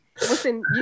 Listen